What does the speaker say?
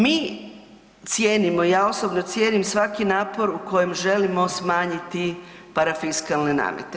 Mi cijenimo, ja osobno cijenim svaki napor u kojem želimo smanjiti parafiskalne namete.